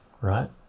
right